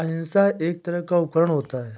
हंसिआ एक तरह का उपकरण होता है